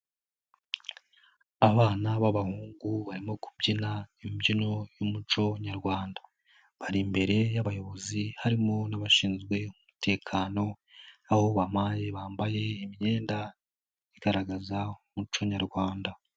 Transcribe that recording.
Abana b'abahungu barimo kubyina imbyino y'umuco nyarwanda, bari imbere y'abayobozi harimo n'abashinzwe umutekano, aho bampaye bambaye imyenda, igaragaza umuco nyarwanda.